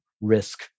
risk